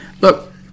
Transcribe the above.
Look